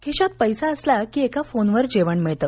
खिशात पैसा असला की एका फोनवर जेवण मिळते